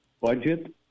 budget